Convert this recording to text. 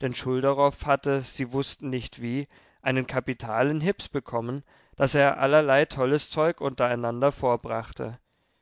denn schulderoff hatte sie wußten nicht wie einen kapitalen hips bekommen daß er allerlei tolles zeug untereinander vorbrachte